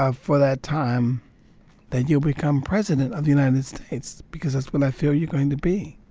ah for that time that you'll become president of the united states because that's what i feel you're going to be.